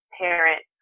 parent